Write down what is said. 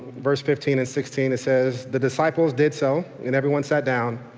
verse fifteen and sixteen says the disciples did so, and everyone sat down.